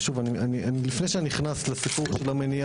ושוב לפני שאני נכנס לסיפור של המניע